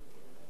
ואפשר.